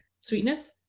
sweetness